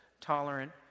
tolerant